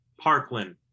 Parkland